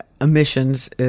emissions